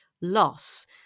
loss